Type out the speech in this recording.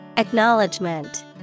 Acknowledgement